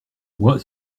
moi